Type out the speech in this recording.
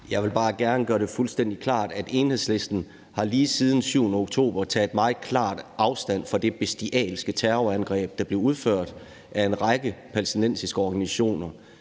Jeg vil bare gerne gøre det fuldstændig klart, at Enhedslisten lige siden den 7. oktober har taget meget klart afstand fra det bestialske terrorangreb, der blev udført af en række palæstinensiske organisationer.